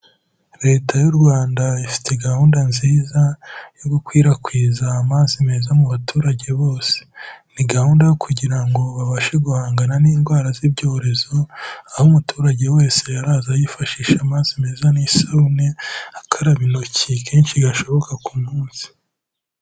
Leta y'u Rwanda ifite gahunda nziza yo gukwirakwiza amazi meza mu baturage bose, ni gahunda yo kugira ngo babashe guhangana n'indwara z'ibyorezo, aho umuturage wese araza yifashisha amazi meza n'isabune, akaraba intoki kenshi gashoboka ku munsi.